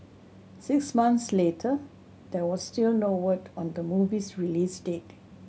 six months later there was still no word on the movie's release date